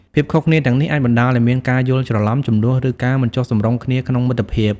ភាពខុសគ្នាទាំងនេះអាចបណ្ដាលឱ្យមានការយល់ច្រឡំ ជម្លោះ ឬការមិនចុះសម្រុងគ្នាក្នុងមិត្តភាព ។